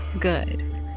Good